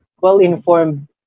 well-informed